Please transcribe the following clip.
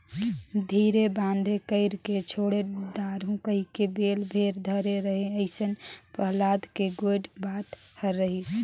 धीरे बांधे कइरके छोएड दारहूँ कहिके बेल भेर धरे रहें अइसने पहलाद के गोएड बात हर रहिस